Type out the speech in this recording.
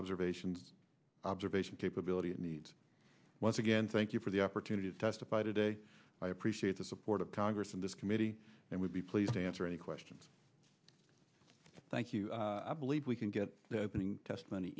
observations observation capability needs once again thank you for the opportunity to testify today i appreciate the support of congress in this committee and would be pleased to answer any questions thank you i believe we can get the testimony